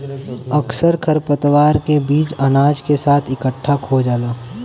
अक्सर खरपतवार के बीज अनाज के साथ इकट्ठा खो जाला